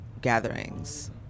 Gatherings